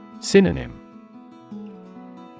Synonym